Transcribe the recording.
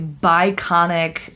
biconic